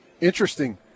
Interesting